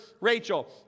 Rachel